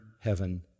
heaven